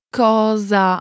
cosa